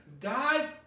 died